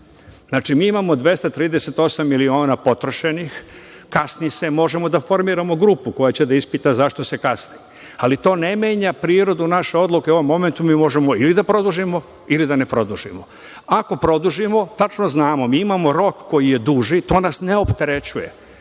Znači, mi imamo 238 miliona potrošenih, kasni se, možemo da formiramo grupu koja će da ispita zašto se kasni, ali to ne menja prirodu naše odluke, u ovom momentu mi možemo da produžimo ili da ne produžimo. Ako produžimo, tačno znamo mi imamo rok koji je duži, to nas ne opterećuje,